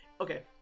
Okay